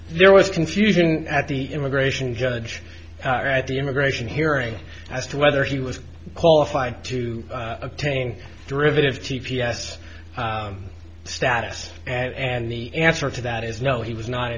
there was confusion at the immigration judge at the immigration hearing as to whether he was qualified to obtain derivative t p s status and the answer to that is no he was not